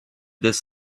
this